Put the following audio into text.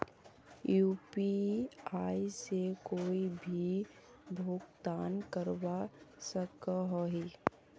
UPI से कोई भी भुगतान करवा सकोहो ही?